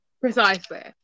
Precisely